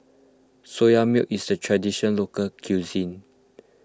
Soya Milk is a tradition local cuisine